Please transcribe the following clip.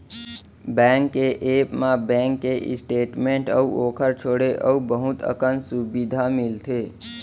bank के app म bank के स्टेट मेंट अउ ओकर छोंड़े अउ बहुत अकन सुबिधा मिलथे